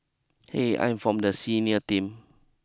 eh I'm from the senior team